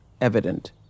evident